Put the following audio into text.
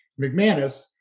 McManus